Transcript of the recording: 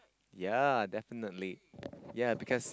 ya definitely ya because